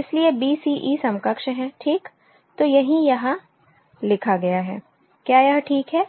इसलिए b c e समकक्ष है ठीक तो यही यहां लिखा गया है क्या यह ठीक है